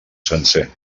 sencer